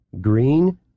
green